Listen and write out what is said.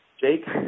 Jake